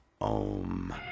Om